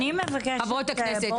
חברות הכנסת,